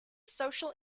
social